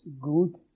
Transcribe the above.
good